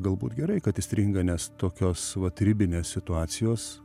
galbūt gerai kad įstringa nes tokios vat ribinės situacijos